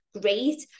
great